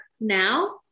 now